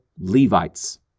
Levites